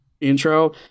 intro